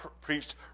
preached